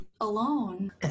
alone